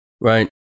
right